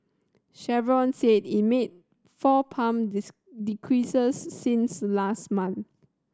Chevron said it made four pump decreases since last month